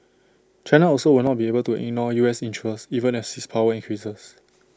China also will not be able to ignore U S interests even as its power increases